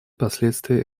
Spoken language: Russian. последствия